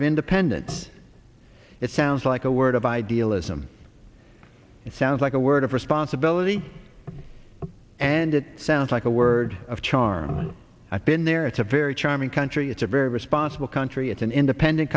of independence it sounds like a word of idealism it sounds like a word of responsibility and it sounds like a word of charm i've been there it's a very charming country it's a very responsible country it's an independent